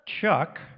Chuck